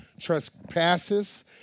trespasses